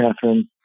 Catherine